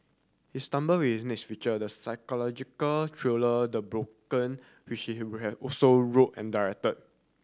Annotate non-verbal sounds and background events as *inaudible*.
he stumble with his next feature the psychological thriller The Broken which he *unintelligible* also wrote and directed